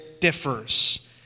differs